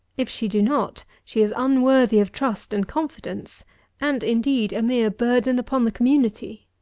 if she do not, she is unworthy of trust and confidence and, indeed, a mere burden upon the community.